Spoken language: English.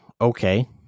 okay